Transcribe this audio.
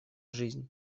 жизнь